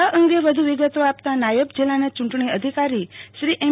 આ અંગે વધુ વિગતો આપતા નાયબ જિલ્લાના ચૂંટણી અધિકારી શ્રી એમ